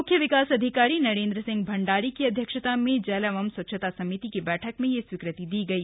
म्ख्य विकास अधिकारी नरेन्द्र सिंह भण्डारी की अध्यक्षता में जल एवं स्वच्छता समिति की बैठक में यह स्वीकृति दी गई